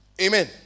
Amen